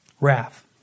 Wrath